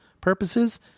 purposes